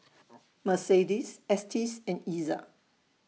Mercedes Estes and Iza